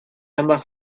ambas